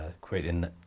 creating